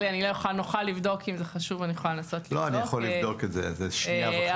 לבדוק את זה, שנייה וחצי.